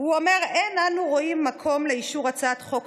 הוא אומר: אין אנו רואים מקום לאישור הצעת חוק